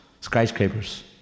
skyscrapers